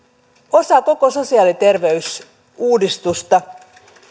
osa koko sosiaali ja terveysuudistusta